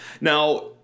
Now